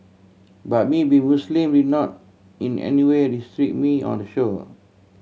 but me being Muslim did not in any way restrict me on the show